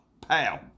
Pow